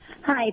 Hi